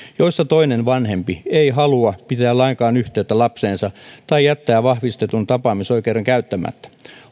joissa toinen vanhempi ei halua pitää lainkaan yhteyttä lapseensa tai jättää vahvistetun tapaamisoikeuden käyttämättä